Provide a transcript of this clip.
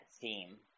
theme